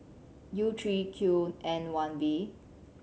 U three Q N one V